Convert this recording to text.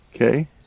Okay